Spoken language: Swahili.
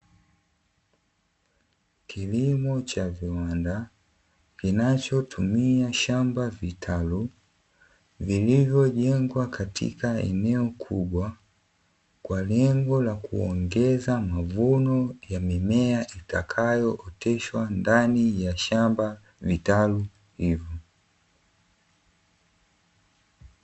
Kilimo cha viwanda kinachotumia shamba vitalu, vilivyojengwa katika eneo kubwa kwa lengo la kuongeza mavuno ya mimea itakayooteshwa ndani ya shamba vitalu hivyo.